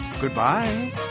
Goodbye